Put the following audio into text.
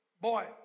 boy